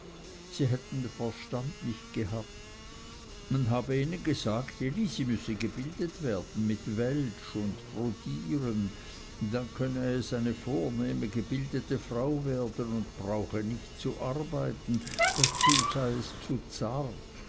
sie hätten den verstand nicht besser gehabt man habe ihnen gesagt elisi müsse gebildet werden mit welsch und brodieren dann könne es eine vornehme gebildete frau werden und brauche nicht zu arbeiten dazu sei es zu zart